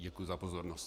Děkuji za pozornost.